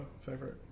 favorite